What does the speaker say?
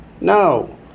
No